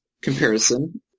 comparison